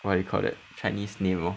what do you call that chinese naval